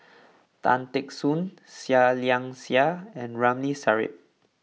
Tan Teck Soon Seah Liang Seah and Ramli Sarip